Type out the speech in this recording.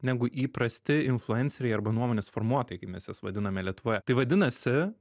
negu įprasti influenceriai arba nuomonės formuotojai kaip mes juos vadiname lietuvoje tai vadinasi